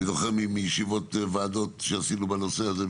אני זוכר מישיבות ועדות שעשינו בנושא הזה,